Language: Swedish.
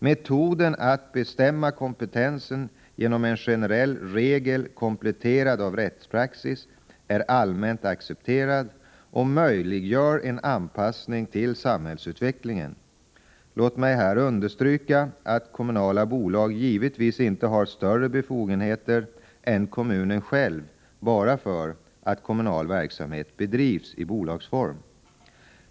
Metoden att bestämma kompetensen genom en generell regel kompletterad av rättspraxis är allmänt accepterad och möjliggör en anpassning till samhällsutvecklingen. Låt mig här understryka att kommunala bolag givetvis inte har större befogenheter än kommunen själv bara därför att kommunal verksamhet bedrivs i bolagsform.